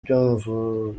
byumvuhore